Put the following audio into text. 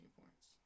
points